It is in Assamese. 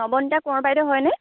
নৱনীতা কোঁৱৰ বাইদেউ হয়নে